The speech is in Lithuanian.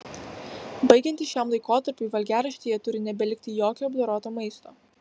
baigiantis šiam laikotarpiui valgiaraštyje turi nebelikti jokio apdoroto maisto